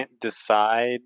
decide